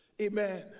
Amen